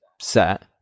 set